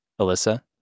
Alyssa